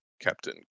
Captain